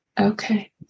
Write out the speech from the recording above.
Okay